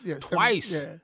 twice